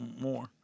more